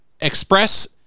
express